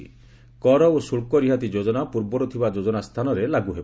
'କର ଓ ଶୁଳ୍କ ରିହାତି ଯୋଜନା' ପୂର୍ବରୁ ଥିବା ଯୋଜନା ସ୍ଥାନରେ ଲାଗୁ ହେବ